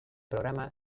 programa